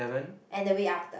and the week after